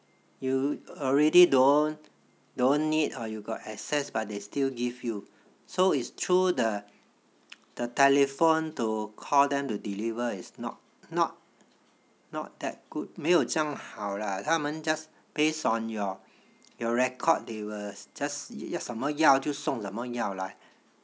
you already don't don't need or you got excess but they still give you so is through the the telephone to call them to deliver is not not not that good 没有这样好啦他们 just based on your your record they will 要什么药就送什么药 lah